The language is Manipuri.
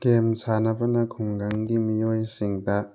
ꯒꯦꯝ ꯁꯥꯟꯅꯕꯅ ꯈꯨꯡꯒꯪꯒꯤ ꯃꯤꯌꯣꯏꯁꯤꯡꯗ